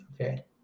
Okay